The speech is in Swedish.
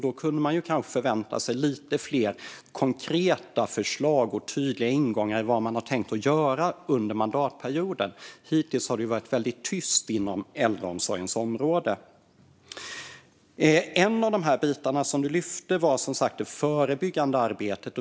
Då kunde man kanske förvänta sig lite fler konkreta förslag och tydliga ingångar i vad man har tänkt göra under mandatperioden. Hittills har det varit väldigt tyst inom äldreomsorgens område. En av de bitar som du lyfte var som sagt det förebyggande arbetet.